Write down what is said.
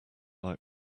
light